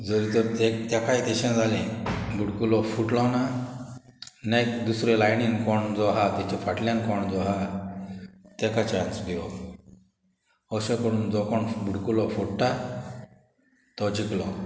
जोरी तोर तेकाय तशें जालें बुडकुलो फुटलो ना नेक्ट दुसऱ्या लायनीन कोण जो आहा तेच्या फाटल्यान कोण जो आहा तेका चान्स घेवप अशें करून जो कोण बुडकुलो फोडटा तो जिकलो